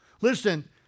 Listen